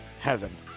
Heaven